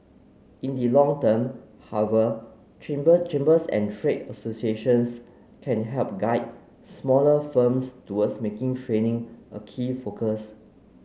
in the long term however chamber chambers and trade associations can help guide smaller firms towards making training a key focus